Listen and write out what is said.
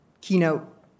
keynote